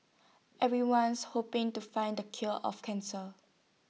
everyone's hoping to find the cure of cancer